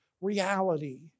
reality